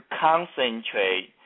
concentrate